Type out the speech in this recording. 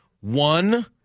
One